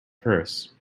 purse